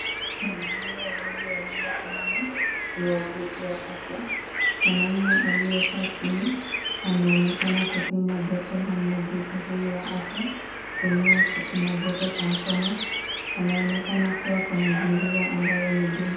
Wanaume wawili waliosimama ni wauguzi wa afya, mwanamume aliyekaa chini anaonekana kupimwa joto na muuguzi huyu wa afya kutumia kipima joto cha mkono, anaonekana kuwa kwa mazingira ambayo ni duni.